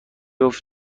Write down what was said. کار